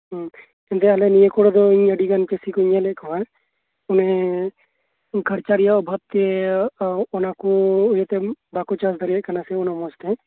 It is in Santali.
ᱦᱩᱸ ᱟᱞᱮ ᱱᱤᱭᱟᱹ ᱠᱚᱨᱮ ᱫᱚ ᱤᱧ ᱟᱹᱰᱤᱜᱟᱱ ᱪᱟᱹᱥᱤ ᱠᱩᱧ ᱧᱮᱞᱮᱫ ᱠᱚᱣᱟ ᱢᱟᱱᱮ ᱠᱷᱚᱨᱪᱟ ᱨᱮᱭᱟᱜ ᱚᱵᱷᱟᱵᱛᱮ ᱢᱟᱱᱮ ᱚᱱᱟᱠᱚ ᱩᱱᱟᱹᱜ ᱢᱚᱸᱡ ᱛᱮ ᱵᱟᱠᱚ ᱪᱟᱥ ᱫᱟᱲᱮᱭᱟᱜ ᱠᱟᱱᱟ